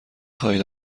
خواهید